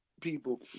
People